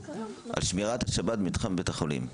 על שמירת השבת במתחם בית החולים.